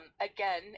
again